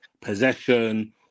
possession